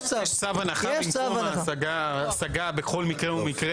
יש צו הנחה במקום ההשגה בכל מקרה ומקרה